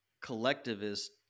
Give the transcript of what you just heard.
collectivist